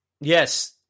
Yes